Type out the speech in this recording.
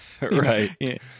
right